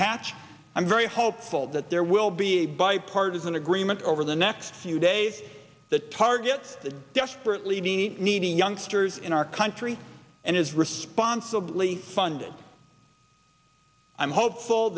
hatch i'm very hopeful that there will be a bipartisan agreement over the next few days the target that desperately need need to youngsters in our country and is responsibly funded i'm hopeful